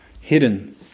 hidden